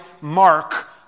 mark